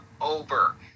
over